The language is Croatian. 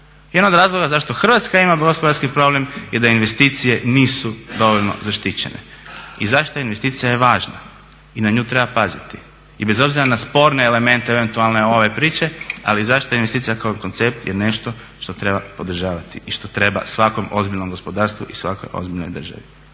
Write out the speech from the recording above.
Jedan od razloga zašto Hrvatska ima gospodarski problem je da investicije nisu dovoljno zaštićene i zaštita investicija je važna i na nju treba paziti i bez obzira na sporne elemente eventualne ove priče, ali zaštita investicija kao koncept je nešto što treba podržavati i što treba svakom ozbiljnom gospodarstvu i svakoj ozbiljnoj državi.